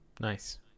Nice